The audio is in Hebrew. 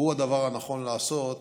הוא הדבר הנכון לעשות,